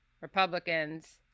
republicans